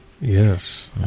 Yes